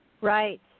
Right